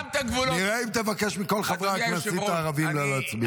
נראה אם תבקש מכל חברי הכנסת הערבים לא להצביע.